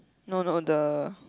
no no the